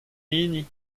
hini